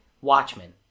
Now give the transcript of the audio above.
Watchmen